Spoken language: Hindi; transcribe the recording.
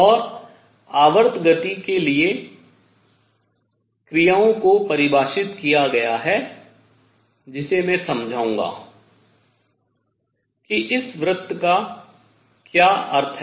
और आवर्त गति के लिए क्रियाओं को परिभाषित किया गया है जैसे मैं समझाऊंगा कि इस वृत का क्या अर्थ है